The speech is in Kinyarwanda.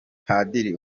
padiri